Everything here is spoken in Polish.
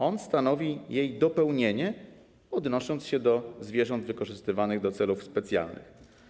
On stanowi jej dopełnienie, odnosząc się do zwierząt wykorzystywanych do celów specjalnych.